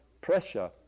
pressure